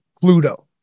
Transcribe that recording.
Pluto